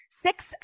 six